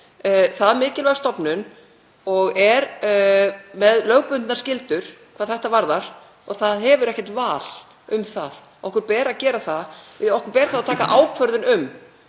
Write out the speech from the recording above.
það mikilvæg stofnun og er með lögbundnar skyldur hvað þetta varðar og hefur ekkert val um það. Okkur ber að gera það. Okkur ber þá að taka ákvörðun um,